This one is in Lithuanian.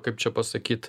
kaip čia pasakyt